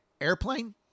airplane